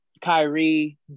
Kyrie